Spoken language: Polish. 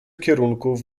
kierunków